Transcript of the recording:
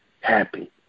happy